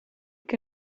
che